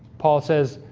paul says